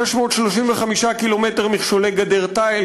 635 קילומטר מכשולי גדר תיל,